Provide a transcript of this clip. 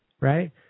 Right